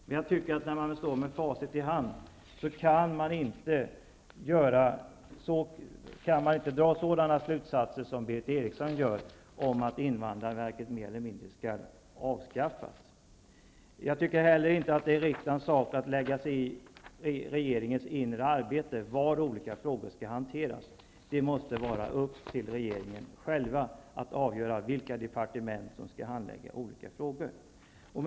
Men med facit i hand kan man inte dra sådana slutsatser som Berith Eriksson drar, t.ex. att invandrarverket mer eller mindre bör avskaffas. Det är inte heller riksdagens sak att lägga sig i regeringens inre arbete och avgöra var olika frågor skall hanteras. Det måste vara upp till regeringen själv att avgöra vilket departement som skall avgöra olika frågor. Herr talman!